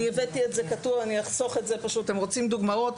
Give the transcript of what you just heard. אני הבאתי את זה כתוב אבל אם אתם רוצים דוגמאות,